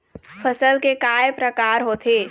फसल के कय प्रकार होथे?